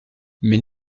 mais